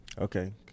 Okay